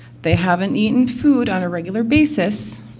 they haven't eaten food on a regular basis.